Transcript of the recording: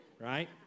right